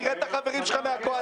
תראה את החברים שלך מהקואליציה,